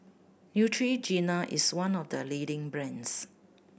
Neutrogena is one of the leading brands